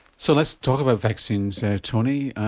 so let's talk about vaccines tony,